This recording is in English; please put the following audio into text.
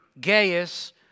Gaius